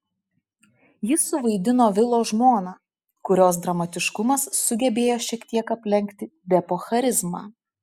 ji suvaidino vilo žmoną kurios dramatiškumas sugebėjo šiek tiek aplenkti depo charizmą